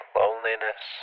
loneliness